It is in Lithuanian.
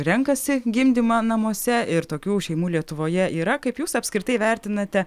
renkasi gimdymą namuose ir tokių šeimų lietuvoje yra kaip jūs apskritai vertinate